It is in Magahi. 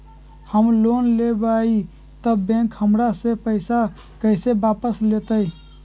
हम लोन लेलेबाई तब बैंक हमरा से पैसा कइसे वापिस लेतई?